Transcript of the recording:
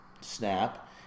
snap